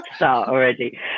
already